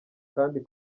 kandi